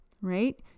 right